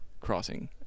crossing